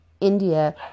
India